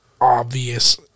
obvious